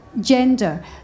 gender